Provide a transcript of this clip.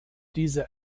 diese